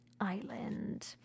Island